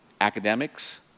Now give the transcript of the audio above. academics